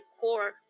core